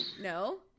no